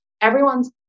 everyone's